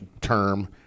term